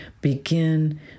begin